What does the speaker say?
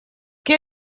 què